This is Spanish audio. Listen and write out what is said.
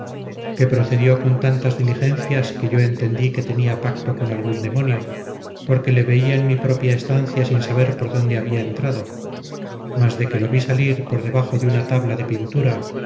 que procedió con tantas diligencias que yo entendí que tenía pacto con algún demonio porque le veía en mi propia estancia sin saber por dónde había entrado mas de que lo vi salir por debajo de una tabla de pintura